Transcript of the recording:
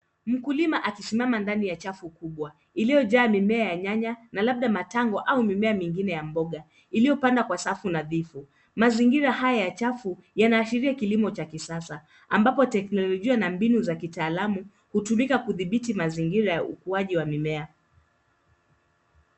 Mkulima akisimama ndani ya chafu kubwa iliyojaa mimea ya nyanya na labda matango au mimea mingine ya mboga iliyopandwa kwa safu nadhifu. Mazingira haya ya chafu yanaashiria kilimo cha kisasa ambapo teknolojia na mbinu za kitaalamu hutumika kudhibiti mazingira ya ukuaji wa mimea.